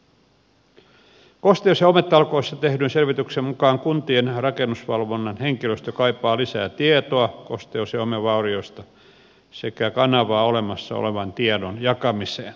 kosteus ja hometalkoissa tehdyn selvityksen mukaan kuntien rakennusvalvonnan henkilöstö kaipaa lisää tietoa kosteus ja homevaurioista sekä kanavaa olemassa olevan tiedon jakamiseen